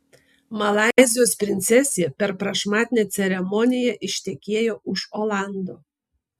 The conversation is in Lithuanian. malaizijos princesė per prašmatnią ceremoniją ištekėjo už olando